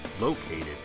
located